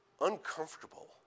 uncomfortable